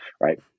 Right